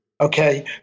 Okay